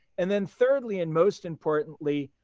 and then thirdly and most importantly,